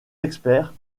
experts